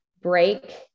break